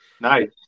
Nice